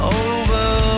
over